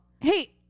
Hey